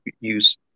use